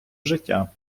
життя